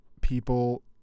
people